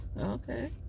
Okay